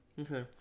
Okay